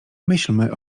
myślmy